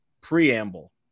preamble